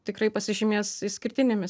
tikrai pasižymės išskirtinėmis